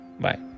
Bye